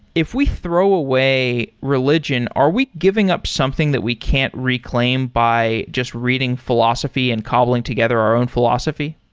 if we throw away religion, are we giving up something that we can't reclaim by just reading philosophy and cobbling together our own philosophy?